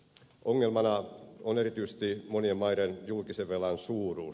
ongelmana on erityisesti monien maiden julkisen velan suuruus